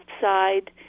side